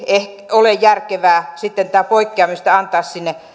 ole järkevää sitten tätä poikkeamista antaa